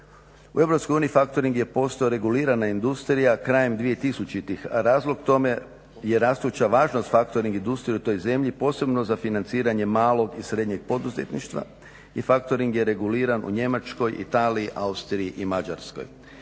je postojao regulirana industrija krajem 2000.-ih a razlog tome je rastuća važnost factoring industrije u toj zemlji posebno za financiranje malog i srednjeg poduzetništva i factoring je reguliran u Njemačkoj, Italiji, Austriji i Mađarskoj.